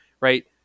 right